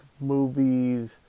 movies